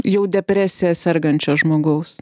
jau depresija sergančio žmogaus